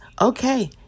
Okay